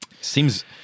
Seems